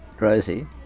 Rosie